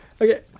Okay